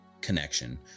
connection